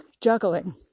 juggling